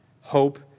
Hope